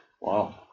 Wow